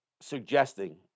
suggesting